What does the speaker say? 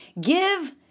Give